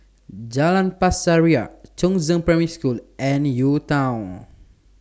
Jalan Pasir Ria Chongzheng Primary School and UTown